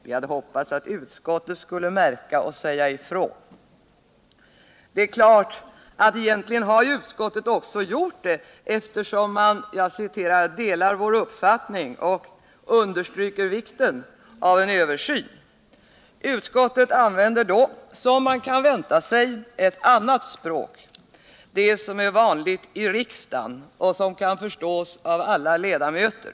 Vi hade hoppats att utskottet självt skulle märka dem och säga ifrån. Egentligen har ju utskottet också gjort det, eftersom utskottet ”delar” vår uppfattning och ”understryker vikten” av en översyn. Utskottet använder då, som man kan vänta sig, ett annat språk, nämligen det som är vanligt i riksdagen och som kan förstås av alla ledamöter.